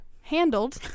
handled